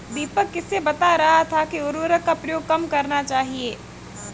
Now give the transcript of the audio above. दीपक किसे बता रहा था कि उर्वरक का प्रयोग कम करना चाहिए?